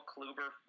Kluber